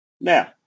now